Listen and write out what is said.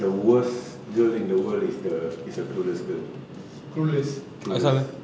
the worst girl in the world is the is a clueless girl clueless clueless